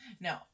No